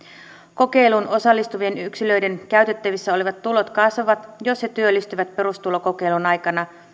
kokeiluun osallistuvien yksilöiden käytettävissä olevat tulot kasvavat jos he työllistyvät perustulokokeilun aikana